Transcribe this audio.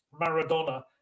Maradona